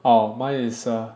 orh mine is err